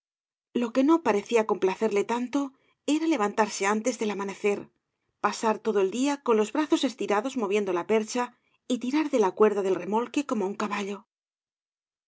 lo que no parecía complacerle tanto era levantarse antes del amanecer pasar todo el día con los brazos estirados moviendo la percha y tirar de la cuerda del remolque como un caballo